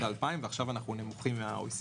האלפיים ועכשיו אנחנו נמוכים מאשר ב-OECD.